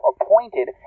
appointed